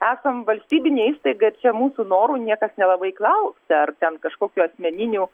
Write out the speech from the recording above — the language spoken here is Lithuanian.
esam valstybinė įstaiga čia mūsų norų niekas nelabai klausia ar ten kažkokių asmeninių